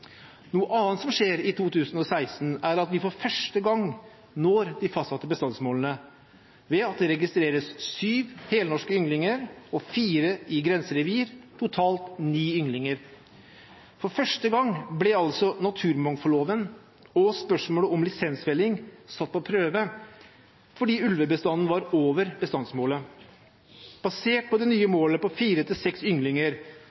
Noe annet som skjer i 2016, er at vi for første gang når de fastsatte bestandsmålene ved at det registreres syv helnorske ynglinger og fire i grenserevir, totalt ni ynglinger. For første gang ble altså naturmangfoldloven og spørsmålet om lisensfelling satt på prøve fordi ulvebestanden var over bestandsmålet. Basert på det nye målet på fire–seks ynglinger